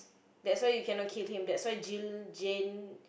that's why you cannot kill him that's why Jill Jane